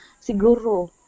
siguro